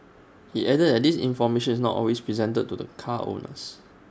he added that this information is not always presented to the car owners